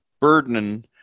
burden